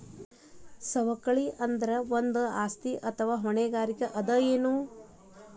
ಸವಕಳಿ ಅಂದ್ರ ಒಂದು ಆಸ್ತಿ ಅಥವಾ ಹೊಣೆಗಾರಿಕೆ ಅದ ಎನು?